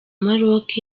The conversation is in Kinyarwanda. maroc